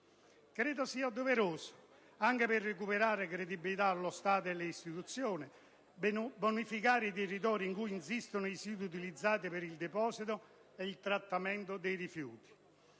Credo sia doveroso, anche per recuperare credibilità allo Stato e alle istituzioni, bonificare i territori in cui insistono i siti utilizzati per il deposito e il trattamento dei rifiuti,